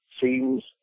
seems